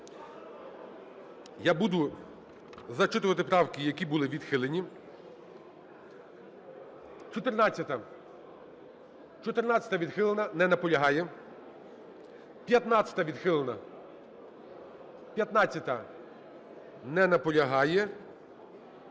Я буду зачитувати правки, які були відхилені. 14-а. 14-а – відхилена. Не наполягає. 15-а – відхилена. 15-а. Не наполягає.